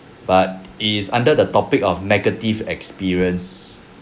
but it's under the topic of negative experience